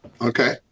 Okay